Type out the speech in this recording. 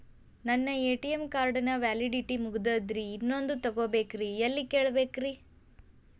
ನನ್ನ ATM card ನ validity ಮುಗದದ್ರಿ ಇನ್ನೊಂದು ತೊಗೊಬೇಕ್ರಿ ಎಲ್ಲಿ ಕೇಳಬೇಕ್ರಿ?